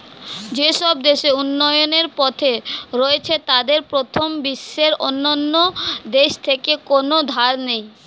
যেসব দেশ উন্নয়নের পথে রয়েছে তাদের প্রথম বিশ্বের অন্যান্য দেশ থেকে কোনো ধার নেই